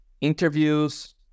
interviews